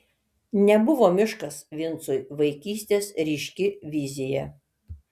nebuvo miškas vincui vaikystės ryški vizija